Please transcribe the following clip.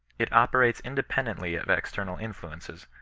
it ope rates independently of extemsj influences,